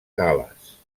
gal·les